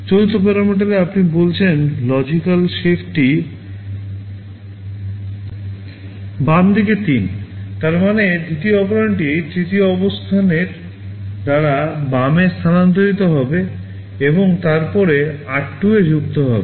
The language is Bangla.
চতুর্থ প্যারামিটারে আপনি বলছেন লজিকাল শিফটটি বাম দিকে 3 তার মানে দ্বিতীয় অপারেন্ডটি তিনটি অবস্থানের দ্বারা বামে স্থানান্তরিত হবে এবং তারপরে r2 এ যুক্ত হবে